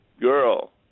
girl